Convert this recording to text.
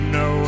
no